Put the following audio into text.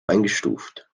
eingestuft